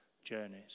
journeys